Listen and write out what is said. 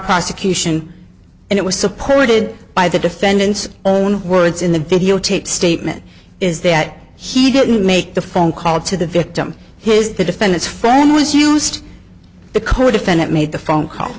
prosecution and it was supported by the defendant's own words in the videotape statement is that he didn't make the phone call to the victim his the defendant's family has used the codefendant made the phone call